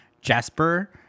Jasper